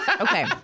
Okay